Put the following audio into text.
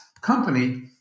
company